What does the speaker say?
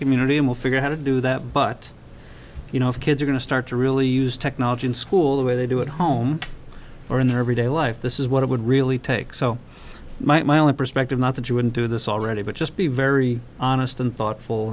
community and we'll figure how to do that but you know if kids are going to start to really use technology in school where they do at home or in their everyday life this is what i would really take so my own perspective not that you wouldn't do this already but just be very honest and thoughtful